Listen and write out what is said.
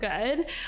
good